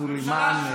חברת הכנסת סלימאן.